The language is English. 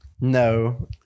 No